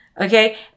Okay